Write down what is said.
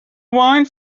wine